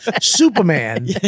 Superman